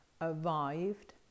arrived